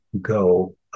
go